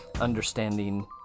understanding